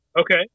Okay